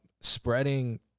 spreading